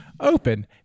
open